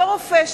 אותו רופא,